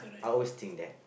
I always think that